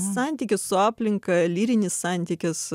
santykis su aplinka lyrinis santykis